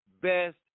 best